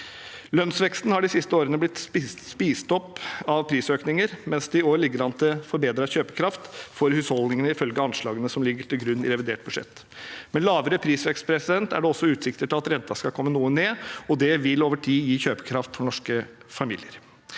Lønnsveksten har de siste årene blitt spist opp av prisøkninger, mens det i år ligger an til forbedret kjøpekraft for husholdningene, ifølge anslagene som ligger til grunn for revidert budsjett. Med lavere prisvekst er det også utsikter til at renta skal komme noe ned, og det vil over tid gi økt kjøpekraft for norske familier.